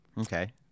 Okay